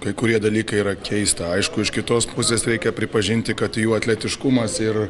kai kurie dalykai yra keista aišku iš kitos pusės reikia pripažinti kad jų atletiškumas ir